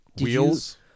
wheels